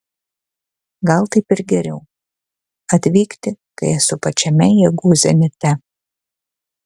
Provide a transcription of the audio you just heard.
gal taip ir geriau atvykti kai esu pačiame jėgų zenite